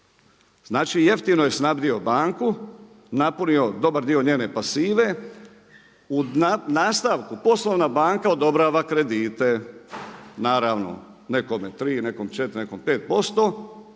znači jeftino je snabdio banku napunio dobar dio njene pasive u nastavku poslovna banka odobrava kredite. Naravno, nekome tri, nekom četiri, nekom 5%